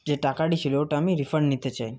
যে টাকাটি ছিল ওটা আমি রিফান্ড নিতে চাই